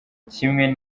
kimwe